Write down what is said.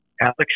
Alex